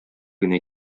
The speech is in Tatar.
генә